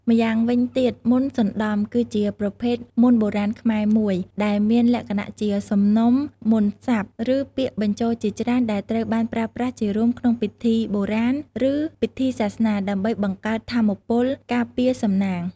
ម្យ៉ាងវិញទៀតមន្តសណ្ដំ គឺជាប្រភេទមន្តបុរាណខ្មែរមួយ ដែលមានលក្ខណៈជាសំណុំមន្តសព្ទ ឬពាក្យបញ្ចូលជាច្រើនដែលត្រូវបានប្រើប្រាស់ជារួមក្នុងពិធីបុរាណ ឬពិធីសាសនា ដើម្បីបង្កើតថាមពលការពារ សំណាង។